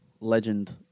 legend